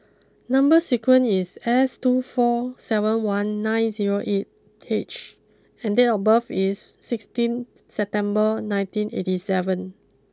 number sequence is S two four seven one nine zero eight H and date of birth is sixteen September nineteen eighty seven